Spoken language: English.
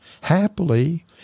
Happily